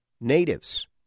natives